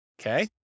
Okay